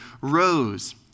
rose